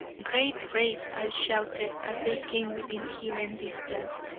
great race, i shouted, as they came within hearing distance.